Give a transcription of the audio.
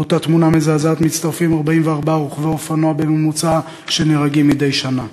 ולאותה תמונה מזעזעת מצטרפים 44 רוכבי אופנוע בממוצע שנהרגים מדי שנה.